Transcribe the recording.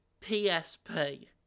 PSP